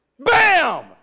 BAM